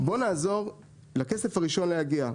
בוא נעזור לכסף הראשון להגיע.